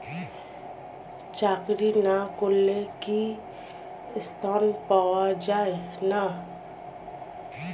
চাকরি না করলে কি ঋণ পাওয়া যায় না?